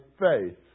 faith